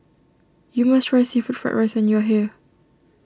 you must try Seafood Fried Rice when you are here